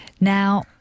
Now